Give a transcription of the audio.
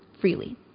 freely